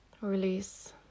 release